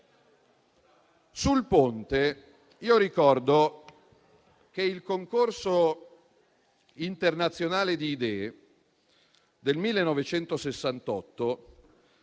il ponte, ricordo il concorso internazionale di idee del 1968,